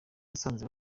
nasanze